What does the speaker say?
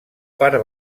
part